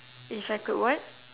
if I could what